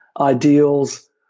ideals